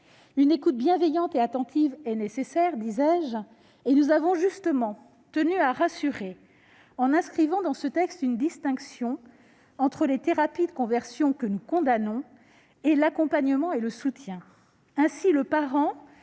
Une écoute bienveillante et attentive est nécessaire, et nous avons justement tenu à rassurer en inscrivant dans ce texte une distinction entre les « thérapies de conversion », que nous condamnons, et l'accompagnement et le soutien.